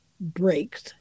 breaks